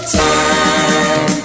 time